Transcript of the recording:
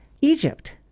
Egypt